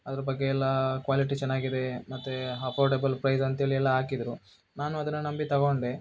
ಅದ್ರ ಬಗ್ಗೆ ಎಲ್ಲ ಕ್ವಾಲಿಟಿ ಚೆನ್ನಾಗಿದೆ ಮತ್ತೆ ಅಫೋರ್ಡೆಬಲ್ ಪ್ರೈಸ್ ಅಂಥೇಳಿ ಎಲ್ಲ ಹಾಕಿದ್ರು ನಾನು ಅದನ್ನು ನಂಬಿ ತಗೊಂಡೆ